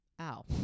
ow